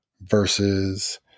versus